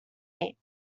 eight